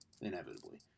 inevitably